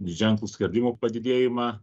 ženklų skerdimo padidėjimą